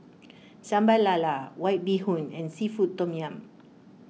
Sambal Lala White Bee Hoon and Seafood Tom Yum